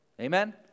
Amen